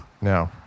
No